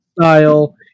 style